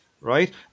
right